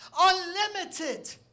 Unlimited